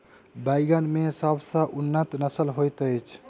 बैंगन मे केँ सबसँ उन्नत नस्ल होइत अछि?